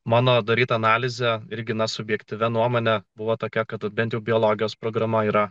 mano darytą analizę irgi na subjektyvia nuomone buvo tokia kad bent jau biologijos programa yra